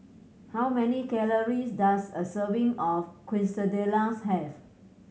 how many calories does a serving of Quesadillas have